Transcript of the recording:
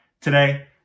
today